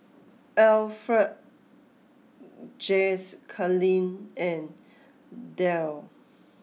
Alferd Jacalyn and Derl